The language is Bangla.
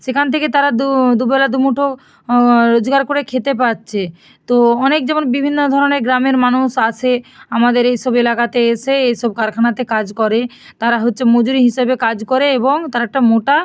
সেখান থেকে তারা দুবেলা দুমুঠো রোজগার করে খেতে পাচ্ছে তো অনেক যেমন বিভিন্ন ধরনের গ্রামের মানুষ আসে আমাদের এই সব এলাকাতে এসে এই সব কারখানাতে কাজ করে তারা হচ্ছে মজুরি হিসেবে কাজ করে এবং তারা একটা মোটা